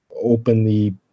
openly